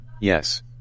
Yes